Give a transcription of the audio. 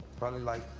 probably, like,